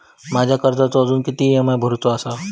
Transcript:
माझ्या कर्जाचो अजून किती ई.एम.आय भरूचो असा?